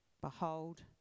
behold